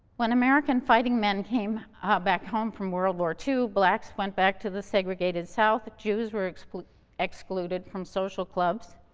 when american fighting men came ah back home from world war ii, blacks went back to the segregated south, jews were excluded excluded from social clubs,